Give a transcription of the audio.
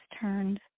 turned